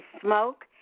smoke